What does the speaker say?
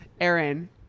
Aaron